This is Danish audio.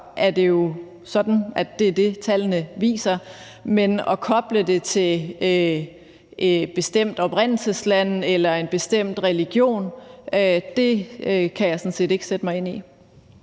er det jo sådan, at det er det, tallene viser. Men at koble det til et bestemt oprindelsesland eller en bestemt religion kan jeg sådan set ikke sætte mig ind i.